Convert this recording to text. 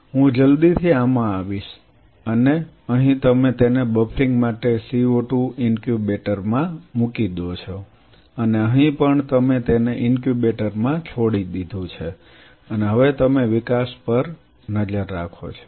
હું જલ્દીથી આમાં આવીશ અને અહીં તમે તેને બફરિંગ માટે CO2 ઇન્ક્યુબેટર માં મૂકી દો છો અને અહીં પણ તમે તેને ઇન્ક્યુબેટર માં છોડી દીધું છે અને હવે તમે વિકાસ પર નજર રાખો છો